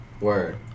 Word